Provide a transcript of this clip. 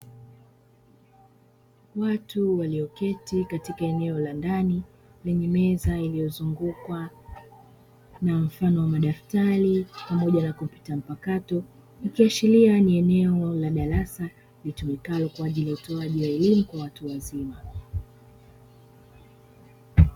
Watu walioketi katika eneo la ndani, lenye meza iliyozungukwa na mfano wa madaftari pamoja na kompyuta mpakato ikiashiria ni eneo la darasa litumikalo kwa ajili ya utoaji wa elimu kwa watu wazima.